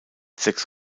sechs